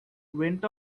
went